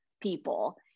people